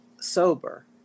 sober